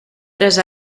tres